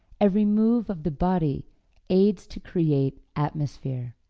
every move of the body aids to create atmosphere.